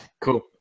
cool